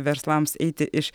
verslams eiti iš